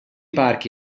parchi